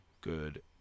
good